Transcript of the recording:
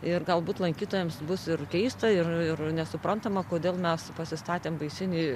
ir galbūt lankytojams bus ir keista ir ir nesuprantama kodėl mes pasistatėm baisinį